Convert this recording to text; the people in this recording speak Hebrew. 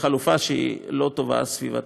לחלופה שהיא לא טובה סביבתית.